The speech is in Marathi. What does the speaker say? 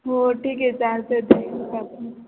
हो ठीके चालत द का आपण